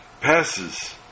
passes